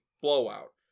blowout